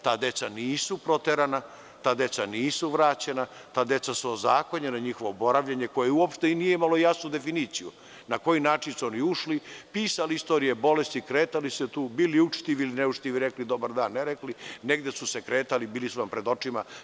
Ta deca nisu proterana, ta deca nisu vraćena, njihov boravak je ozakonjen koje nije imalo jasno definiciju, na koji način su oni ušli, pisali istorije bolesti, kretali se tu, bili učtivi ili neučtivi, rekli dobar dan, ne rekli, negde su se kretali, bili su nam pred očima.